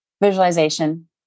Visualization